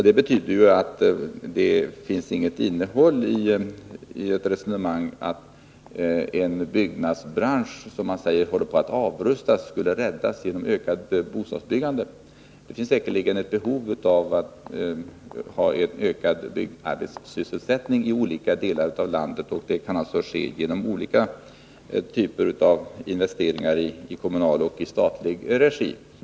Det betyder att det inte finns något innehåll i resonemanget att byggnadsbranschen, som man påstår håller på att avrustas, skulle räddas genom ökat bostadsbyggande. Säkerligen finns det ett behov av en ökad byggsysselsättning i olika delar av landet, och den kan åstadkommas genom olika investeringar i kommunal och statlig regi.